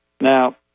Now